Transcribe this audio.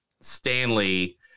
Stanley